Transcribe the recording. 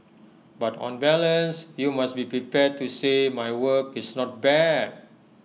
but on balance you must be prepared to say my work is not bad